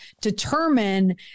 determine